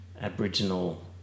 Aboriginal